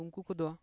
ᱩᱱᱠᱩ ᱠᱚᱫᱚ